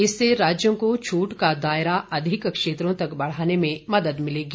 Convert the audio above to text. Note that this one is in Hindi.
इससे राज्यों को छूट का दायरा अधिक क्षेत्रों तक बढ़ाने में मदद मिलेगी